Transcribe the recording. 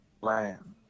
land